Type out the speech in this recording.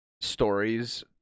stories